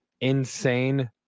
insane